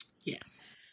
yes